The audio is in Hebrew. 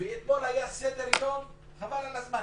ואתמול היה סדר-יום חבל על הזמן,